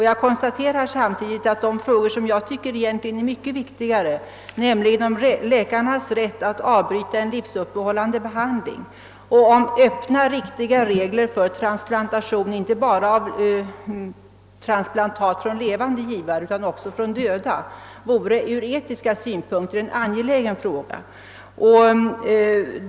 Jag konstaterar samtidigt att de frågor, som jag tycker egentligen är mycket viktigare, nämligen läkarnas rätt att avbryta en livsuppehållande behandling och behovet av öppna och riktiga regler för överföring av transplantat inte bara från levande givare utan också från döda, från etiska synpunkter borde bli föremål för överväganden.